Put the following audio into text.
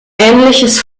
ähnliches